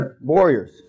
warriors